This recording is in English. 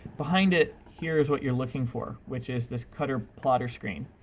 behind it, here is what you're looking for, which is this cutter plotter screen.